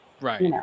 right